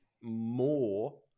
more